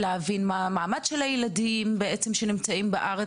להבין מה המעמד של הילדים שבעצם נמצאים בארץ,